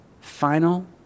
final